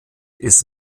ist